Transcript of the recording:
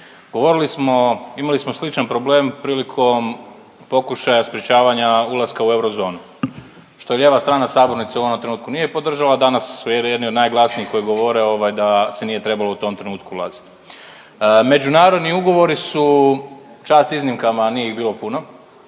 Govorili smo, imali smo sličan problem prilikom pokušaja sprječavanja ulaska u eurozonu, što lijeva strana sabornice u onom trenutku nije podržala, a danas su jedni od najglasnijih koji govore, ovaj, da se nije trebalo u tom trenutku ulaziti. Međunarodni ugovori su, čast iznimkama, nije ih bilo puno,